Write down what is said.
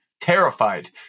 terrified